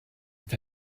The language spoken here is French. est